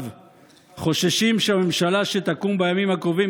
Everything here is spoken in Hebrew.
חוששים שהממשלה שתקום בימים הקרובים,